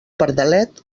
pardalet